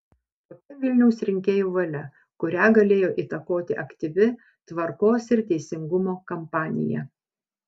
tokia vilniaus rinkėjų valia kurią galėjo įtakoti aktyvi tvarkos ir teisingumo kampanija